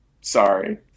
sorry